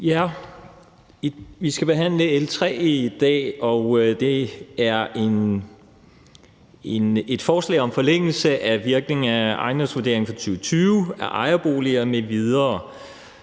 Vi skal behandle L 3 i dag, og det er et forslag om forlængelse af virkningen af ejendomsvurderingen for 2020 af ejerboliger m.v.